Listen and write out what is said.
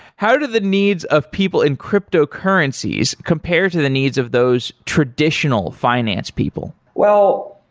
how do the needs of people in cryptocurrencies compare to the needs of those traditional finance people? well,